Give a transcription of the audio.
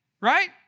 right